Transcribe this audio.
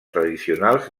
tradicionals